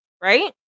right